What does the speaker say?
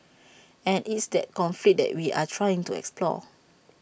and it's that conflict that we are trying to explore